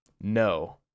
No